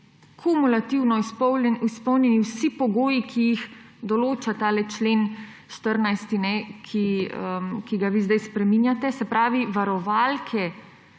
kumulativno izpolnjeni vsi pogoji, ki jih odloča 14. člen, ki ga vi sedaj spreminjate. Se pravi, varovalke